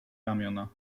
ramiona